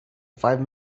five